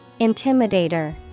Intimidator